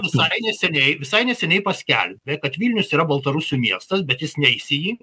visai neseniai visai neseniai paskelbė kad vilnius yra baltarusių miestas bet jis neis į jį